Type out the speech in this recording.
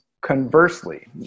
Conversely